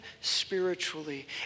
spiritually